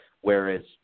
Whereas